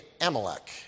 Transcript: Amalek